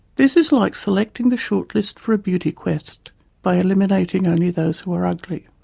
this is like selecting the short-list for a beauty quest by eliminating only those who are ugly.